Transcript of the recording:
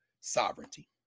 sovereignty